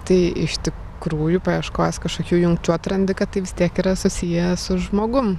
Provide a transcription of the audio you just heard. tai iš tikrųjų paieškos kažkokių jungčių atrandi kad tai vis tiek yra susiję su žmogum